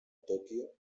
tòquio